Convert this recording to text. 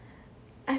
I